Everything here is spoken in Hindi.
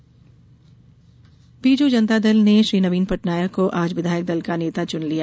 बीजू जनता दल बीजू जनता दल ने श्री नवीन पटनायक को आज पार्टी विधायक दल का नेता चुन लिया